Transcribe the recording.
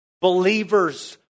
Believers